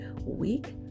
week